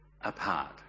apart